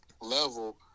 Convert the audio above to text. level